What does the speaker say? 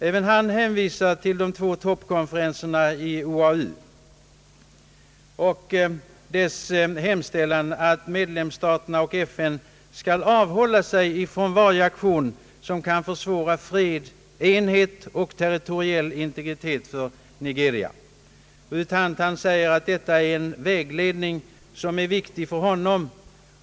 Även han hänvisar till de två toppkonferenserna i OAU och dess hemställan att medlemsstaterna i FN skall avhålla sig från varje aktion som kan försvåra fred, enhet och territoriell integritet för Nigeria. U Thant säger att detta är en viktig vägledning för honom.